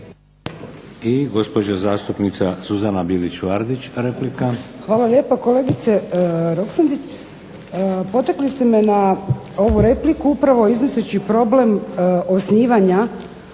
I gospođa zastupnica Suzana Bilić Vardić, replika. **Bilić Vardić, Suzana (HDZ)** Hvala lijepo. Kolegice Roksandić, potakli ste me na ovu repliku upravo iznoseći problem osnivanja